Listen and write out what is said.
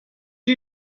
you